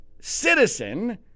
citizen